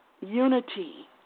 Unity